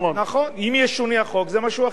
נכון, נכון, אם ישונה החוק זה משהו אחר.